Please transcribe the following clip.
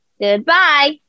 Goodbye